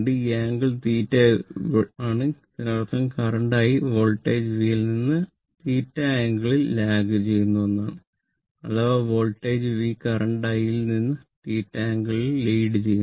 ഈ ആംഗിൾ θ ആണ് ഇതിനർത്ഥം കറന്റ് I വോൾടേജ് V ൽ നിന്ന് θ ആംഗിൾ ൽ ലാഗ് ചെയ്യുന്നു